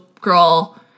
girl